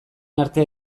arte